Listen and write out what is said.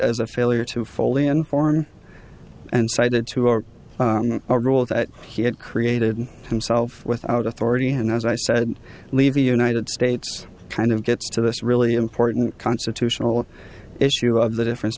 as a failure to fully inform and cited to our role that he had created himself without authority and as i said leave the united states kind of gets to this really important constitutional issue of the difference